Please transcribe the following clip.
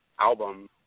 album